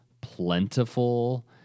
plentiful